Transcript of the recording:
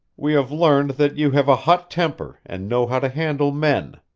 we have learned that you have a hot temper and know how to handle men.